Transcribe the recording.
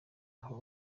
aho